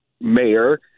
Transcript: mayor